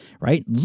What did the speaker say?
right